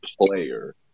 player